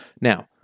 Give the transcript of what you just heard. Now